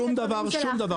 שום דבר.